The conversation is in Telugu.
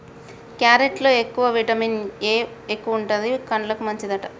క్యారెట్ లో ఎక్కువగా విటమిన్ ఏ ఎక్కువుంటది, కండ్లకు మంచిదట